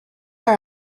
her